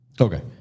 Okay